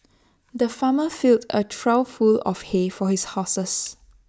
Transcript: the farmer filled A trough full of hay for his horses